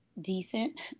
decent